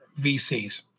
VCs